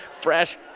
fresh